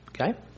Okay